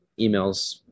emails